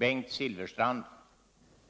Herr talman!